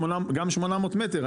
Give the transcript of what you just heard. גם 800 מטר,